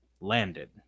landed